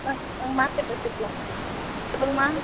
நா நாங்கள் மார்க்கெட் வச்சிருக்கோங்க சொல்லுங்கம்மா